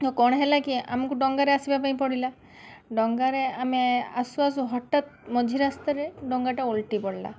କଣ ହେଲା କି ଆମକୁ ଡଙ୍ଗାରେ ଆସିବା ପାଇଁ ପଡ଼ିଲା ଡ଼ଙ୍ଗାରେ ଆମେ ଆସୁ ଆସୁ ହଠାତ୍ ମଝି ରାସ୍ତାରେ ଡଙ୍ଗାଟା ଓଲଟି ପଡ଼ିଲା